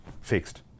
fixed